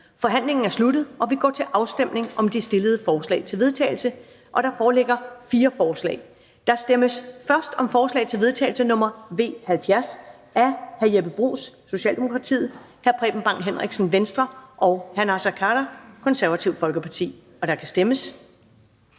Forhandlingen er sluttet, og vi går til afstemning om de fremsatte forslag til vedtagelse. Der foreligger fire forslag. Der stemmes først om forslag til vedtagelse nr. V 70 af Jeppe Bruus (S), Preben Bang Henriksen (V) og Naser Khader (KF), og der kan stemmes.